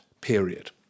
period